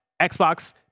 Xbox